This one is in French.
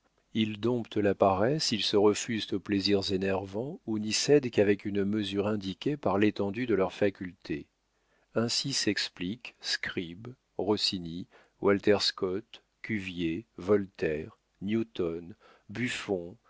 ils domptent la paresse ils se refusent aux plaisirs énervants ou n'y cèdent qu'avec une mesure indiquée par l'étendue de leurs facultés ainsi s'expliquent scribe rossini walter scott cuvier voltaire newton buffon